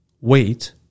wait